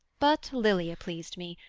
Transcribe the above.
but lilia pleased me,